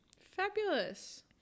fabulous